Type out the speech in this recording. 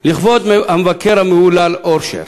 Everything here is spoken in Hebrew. לכבוד המבקר המהולל אורשר,